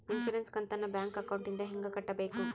Insurance ಕಂತನ್ನ bank ಅಕೌಂಟಿಂದ ಹೆಂಗ ಕಟ್ಟಬೇಕು?